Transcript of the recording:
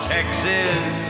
Texas